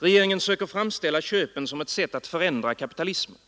Regeringen söker framställa 27 maj 1974 köpen som ett sätt att förändra kapitalismen.